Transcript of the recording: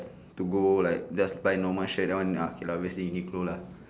to go like just buy normal shirt that one ah okay lah obviously Uniqlo lah